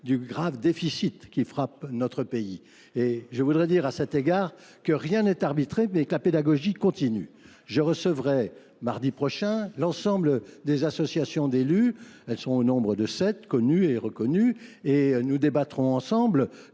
du grave déficit qui frappe notre pays. Et je voudrais dire à cet égard que rien n'est arbitré mais que la pédagogie continue. Je recevrai mardi prochain l'ensemble des associations d'élus. Elles sont au nombre de sept, connues et reconnues. Et nous débattrons ensemble